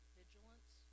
vigilance